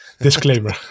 Disclaimer